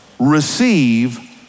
receive